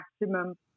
maximum